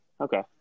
Okay